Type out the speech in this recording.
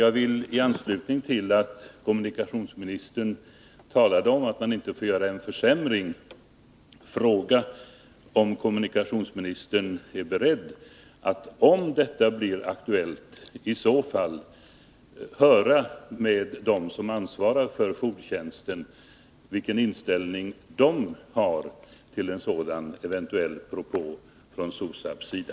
Jag vill, i anslutning till att kommunikationsministern talade om att man inte får göra en försämring, fråga om kommunikationsministern är beredd — om denna situation blir aktuell — att höra med dem som ansvarar för jourtjänsten vilken inställning de har till en sådan eventuell propå från SOSAB:s sida.